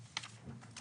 הסביבה.